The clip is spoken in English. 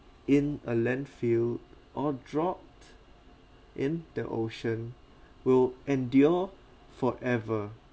in a landfill or dropped in the ocean will endure forever